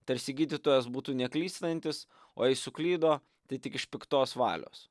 tarsi gydytojas būtų neklystantis o jei suklydo tai tik iš piktos valios